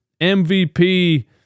MVP